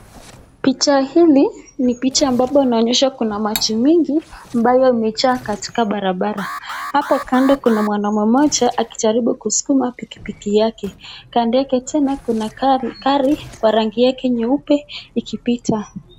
Picha hili ni picha ambapo tunaonyeshwa kuna maji mingi ambayo imejaa katika barabara. Hapo kando kuna mwanaume moja akijaribu kuskuma pikipiki yake. Kando yake tena kuna gari kwa rangi yake nyeupe ikipita.